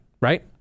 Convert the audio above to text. Right